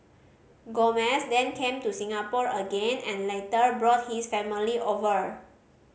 Gomez then came to Singapore again and later brought his family over